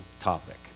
topic